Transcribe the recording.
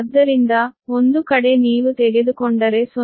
ಆದ್ದರಿಂದ ಒಂದು ಕಡೆ ನೀವು ತೆಗೆದುಕೊಂಡರೆ 0